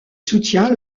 soutient